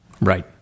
Right